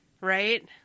right